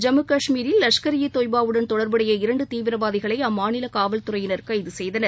ஜம்மு கஷ்மீரில் லஷ்கர் ஈ தொய்பாவுடன் தொடர்புடைய இரண்டு தீவிரவாதிகளை அம்மாநில காவல்துறையினர் கைது செய்தனர்